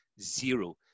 Zero